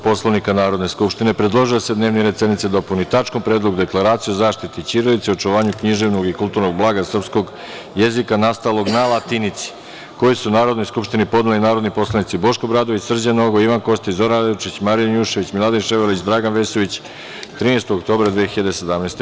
Poslovnika Narodne skupštine, predložio je da se dnevni red sednice dopuni tačkom – Predlog deklaracije o zaštiti ćirilice i očuvanju književnog i kulturnog blaga srpskog jezika nastalog na latinici, koji su Narodnoj skupštini podneli narodni poslanici Boško Obradović, Srđan Nogo, Ivan Kostić, Zoran Radojičić, Marija Janjušević, Miladin Ševarlić i Dragan Vesović, 13. oktobra 2017.